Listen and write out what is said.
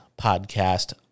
podcast